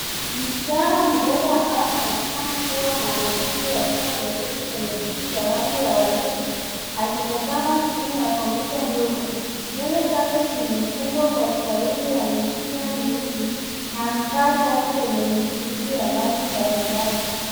Msichana mdogo ambaye anaonekana kuwa mwanafunzi akiwa ameketi kwenye kiti cha rangi ya waridi, akitazama skrini ya kompyuta ndogo. Nywele zake zimefungwa kwa staili ya mikia miwili na amevaa shati lenye michirizi ya rangi mbalimbali.